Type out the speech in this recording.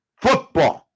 football